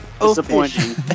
Disappointing